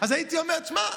תשמע,